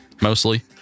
mostly